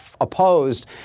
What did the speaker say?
opposed